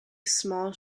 small